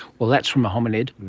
well, that's from a hominid,